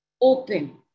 open